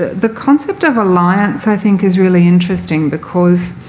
the concept of alliance, i think, is really interesting because